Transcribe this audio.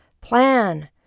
Plan